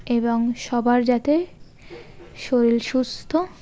এবং সবার যাতে শরীর সুস্থ